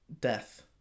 death